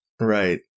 Right